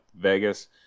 Vegas